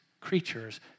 creatures